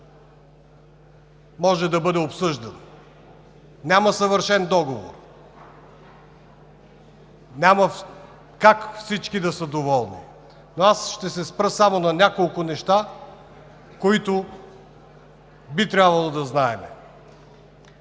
може да бъде обсъждан. Няма съвършен договор, няма как всички да са доволни, но аз ще се спра само на няколко неща, които би трябвало да знаем.